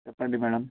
చెప్పండి మేడమ్